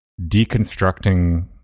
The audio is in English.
deconstructing